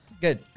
good